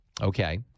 okay